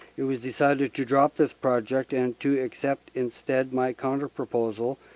it vas decided to drop this project and to accept instead my counter-proposal,